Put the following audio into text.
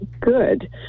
good